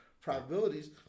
probabilities